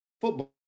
football